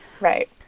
Right